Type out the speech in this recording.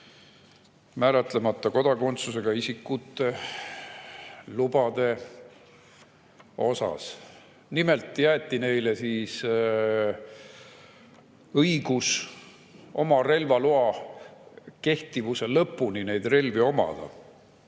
määratlemata kodakondsusega isikute lubade suhtes. Nimelt jäeti neile õigus oma relvaloa kehtivuse lõpuni neid relvi omada.